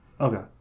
Okay